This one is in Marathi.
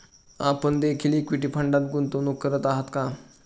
आपण देखील इक्विटी फंडात गुंतवणूक करत आहात का?